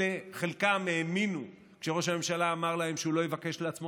וחלקם האמינו כשראש הממשלה אמר להם שהוא לא יבקש לעצמו